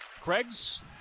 Craig's